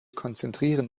konzentrieren